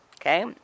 Okay